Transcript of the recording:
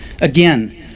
again